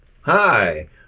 Hi